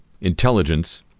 intelligence